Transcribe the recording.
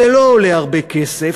זה לא עולה הרבה כסף,